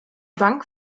bank